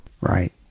right